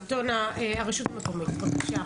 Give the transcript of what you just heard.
נציגת הרשות המקומית, בבקשה.